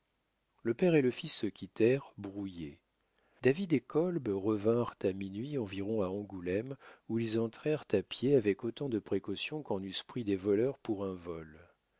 le père et le fils se quittèrent brouillés david et kolb revinrent à minuit environ à angoulême où ils entrèrent à pied avec autant de précautions qu'en eussent pris des voleurs pour un vol